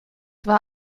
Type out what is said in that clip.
war